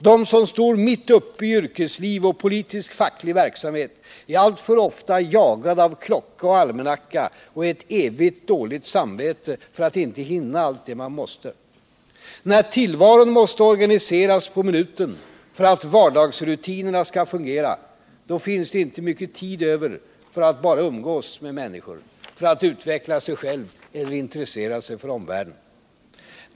De som står mitt uppe i yrkesliv och politisk-facklig verksamhet är alltför ofta jagade av klocka och almanacka samt av ett evigt dåligt samvete för att inte hinna allt det man måste. När tillvaron måste organiseras på minuten för att vardagsrutinerna skall fungera, då finns det inte mycket tid över för att bara umgås med människor, för att utveckla sig själv eller för att intressera sig för omvärlden.